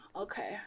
okay